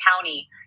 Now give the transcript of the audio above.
County